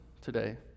today